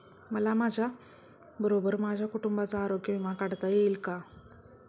मला माझ्याबरोबर माझ्या कुटुंबाचा आरोग्य विमा काढता येईल का?